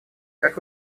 как